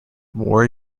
moore